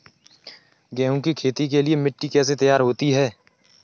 गेहूँ की खेती के लिए मिट्टी कैसे तैयार होती है?